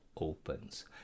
opens